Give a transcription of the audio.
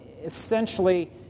essentially